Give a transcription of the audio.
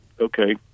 okay